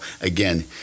again